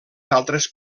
d’altres